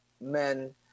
men